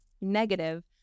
negative